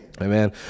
Amen